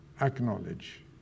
acknowledge